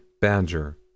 Badger